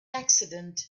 accident